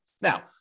Now